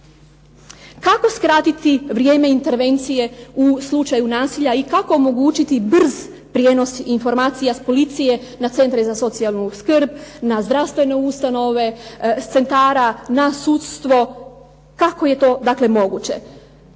Kako skratiti vrijeme intervencije u slučaju nasilja i kako omogućiti brz prijenos informacija s policije na centre za socijalnu skrb, na zdravstvene ustanove, sa centara na sudstvo, kako je to moguće.